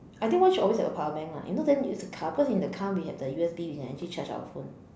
I think one should always have a power bank lah if not then use a car because in the car we have the U_S_B we can actually charge our phone